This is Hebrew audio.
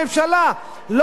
לא יהיה חשמל עוד שנה.